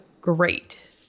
great